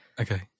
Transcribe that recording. okay